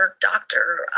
doctor